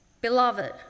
Beloved